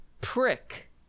prick